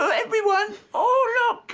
so everyone, oh,